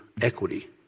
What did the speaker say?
equity